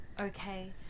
okay